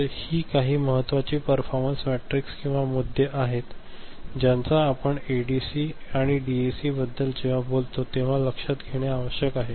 तर ही काही महत्त्वाची परफॉरमन्स मेट्रिक्स किंवा मुद्दे आहेत ज्यांचा आपण एडीसी आणि डीएसी बद्दल जेव्हा बोलतो तेव्हा लक्षात घेणे आवश्यक आहे